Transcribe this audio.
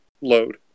load